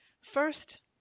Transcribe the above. First